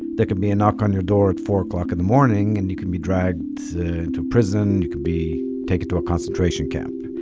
there could be a knock on your door four o'clock in the morning, and you can be dragged to prison. you could be taken to a concentration camp.